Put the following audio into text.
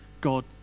God